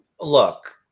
look